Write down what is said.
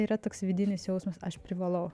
yra toks vidinis jausmas aš privalau